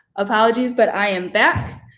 apologies, but i am back.